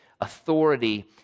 authority